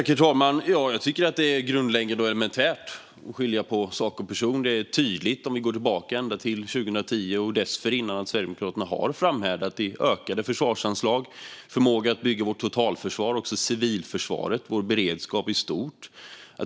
Herr talman! Jag tycker att det är grundläggande och elementärt att skilja på sak och person. Om vi går tillbaka ända till 2010 och dessförinnan är det tydligt att Sverigedemokraterna har framhärdat i fråga om ökade försvarsanslag, förmåga att bygga vårt totalförsvar och civilförsvar - vår beredskap i stort.